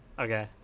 Okay